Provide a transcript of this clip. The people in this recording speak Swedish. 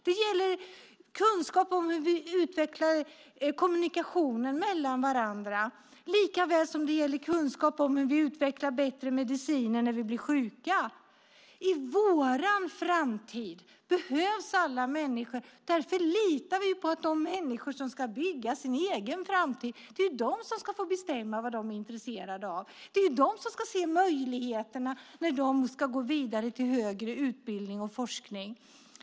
Det gäller kunskap om hur vi utvecklar kommunikationen mellan varandra likaväl som det gäller kunskap om hur vi utvecklar bättre mediciner när vi blir sjuka. I vår framtid behövs alla människor. Därför litar vi på de människor som ska bygga sin egen framtid. Det är de som ska få bestämma vad de är intresserade av. Det är de som ska se möjligheterna när de ska gå vidare till högre utbildning och forskning.